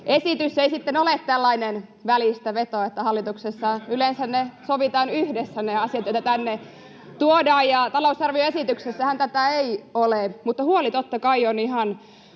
esitys ei sitten ole tällainen välistäveto. Hallituksessa yleensä sovitaan yhdessä ne asiat, joita tänne tuodaan. [Naurua oikealta] Talousarvioesityksessähän tätä ei ole, mutta huoli totta kai on ihan